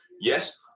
Yes